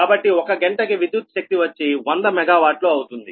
కాబట్టి ఒక గంటకి విద్యుత్ శక్తి వచ్చి 100 మెగావాట్లు అవుతుంది